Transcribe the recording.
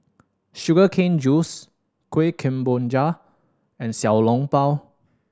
sugar cane juice Kueh Kemboja and Xiao Long Bao